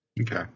Okay